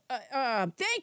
thank